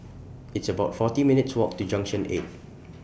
It's about forty minutes' Walk to Junction eight